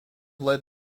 led